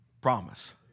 promise